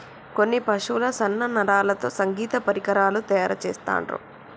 కొన్ని పశువుల సన్న నరాలతో సంగీత పరికరాలు తయారు చెస్తాండ్లు